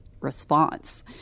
Response